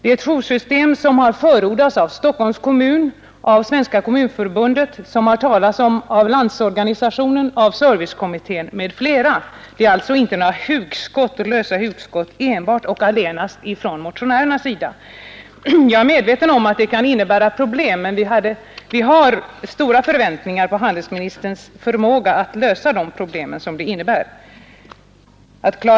Det är ett joursystem som har förordats av Stockholms kommun och Svenska kommunförbundet, som LO, servicekommittén m.fl. har talat om. Det är alltså inte enbart och allenast några lösa hugskott från motionärernas sida. Jag är medveten om att detta kan innebära problem, men vi har stora förväntningar på handelsministerns förmåga att lösa dessa problem.